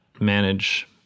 manage